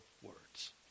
words